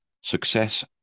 Success